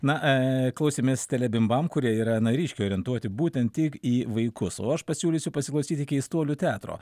na klausėmės telebimbam kurie yra na ryškiai orientuoti būtent tik į vaikus o aš pasiūlysiu pasiklausyti keistuolių teatro